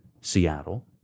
Seattle